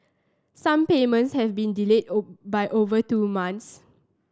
some payments have been delayed by over two months